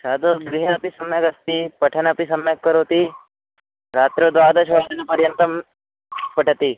तद् गृहे अपि सम्यगस्ति पठनपि सम्यक् करोति रात्रौ द्वादशवादनपर्यन्तं पठति